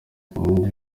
indi